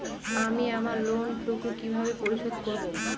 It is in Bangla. আমি আমার লোন টুকু কিভাবে পরিশোধ করব?